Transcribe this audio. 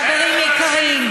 חברים יקרים,